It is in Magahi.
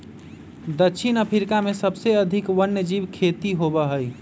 दक्षिण अफ्रीका में सबसे अधिक वन्यजीव खेती होबा हई